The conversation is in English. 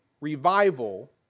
revival